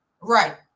Right